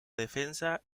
defensa